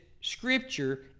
Scripture